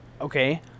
Okay